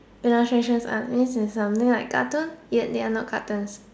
illustration art means it's something like cartoon yet they are not cartoons